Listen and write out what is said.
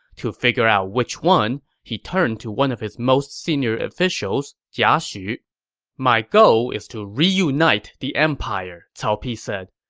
to figure out which one, he turned to one of his most senior officials, jia xu my goal is to reunite the empire, cao pi said.